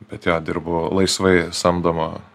bet jo dirbu laisvai samdomo